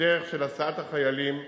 בדרך של הסעת החיילים באוטובוסים.